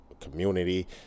community